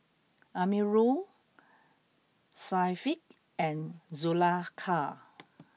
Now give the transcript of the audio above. Amirul Syafiq and Zulaikha